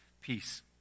Peace